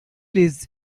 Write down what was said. lives